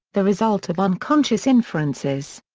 the result of unconscious inferences.